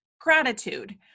gratitude